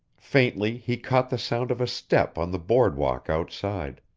faintly he caught the sound of a step on the board walk outside.